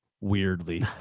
weirdly